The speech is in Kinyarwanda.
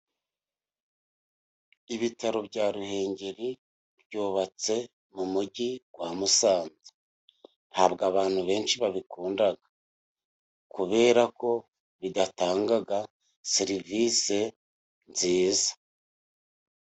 Ibitaro bya Ruhengeri byubatse mu mujyi wa Musanze ntabwo abantu benshi babikunda kubera ko bidatangaga serivise nziza.